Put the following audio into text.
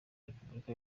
republika